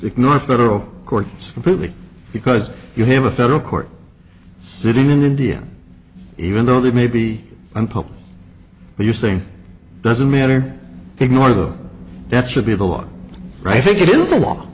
ignore federal courts completely because you have a federal court sitting in india even though they may be on public are you saying it doesn't matter ignore them that should be the law right think it is a long